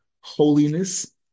Holiness